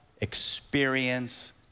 experience